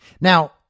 Now